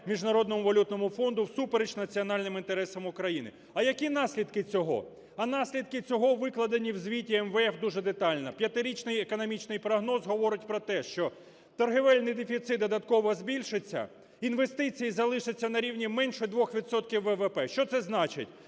Міжнародному валютному фонду всупереч національним інтересам України. А які наслідки цього? А наслідки цього викладені в звіті МВФ дуже детально. П'ятирічний економічний прогноз говорить про те, що торговельний дефіцит додатково збільшиться, інвестиції залишаться на рівні менше 2 відсотків ВВП. Що це значить?